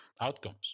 outcomes